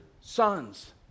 sons